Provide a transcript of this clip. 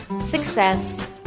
success